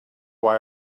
why